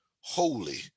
holy